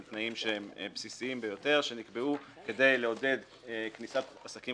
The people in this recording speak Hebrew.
תנאים בסיסיים ביותר שנקבעו כדי לעודד כניסת עסקים